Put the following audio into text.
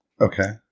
Okay